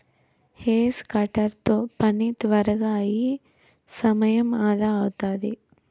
hedge cutter తో పని త్వరగా అయి సమయం అదా అవుతాది